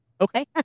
Okay